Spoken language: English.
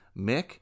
Mick